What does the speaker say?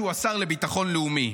שהוא השר לביטחון לאומי.